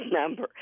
number